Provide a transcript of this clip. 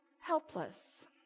helpless